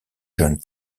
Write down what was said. jeune